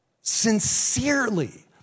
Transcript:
sincerely